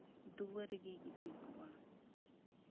ᱫᱩᱣᱟᱹᱨ ᱨᱮᱜᱮᱭ ᱜᱤᱛᱤᱡ ᱠᱚᱜᱼᱟ